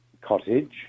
cottage